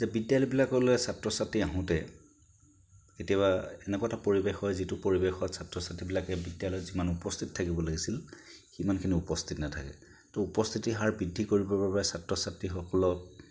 যে বিদ্যালয়বিলাকলৈ ছাত্ৰ ছাত্ৰীবিলাক আহোঁতে কেতিয়াবা এনেকুৱা এটা পৰিৱেশ হয় যিটো পৰিৱেশত ছাত্ৰ ছাত্ৰীবিলাকে বিদ্যালয়ত যিমান উপস্থিত থাকিব লাগিছিল সিমানখিনি উপস্থিত নাথাকে তো উপস্থিতিৰ হাৰ বৃদ্ধি কৰিবৰ বাবে ছাত্ৰ ছাত্ৰীসকলক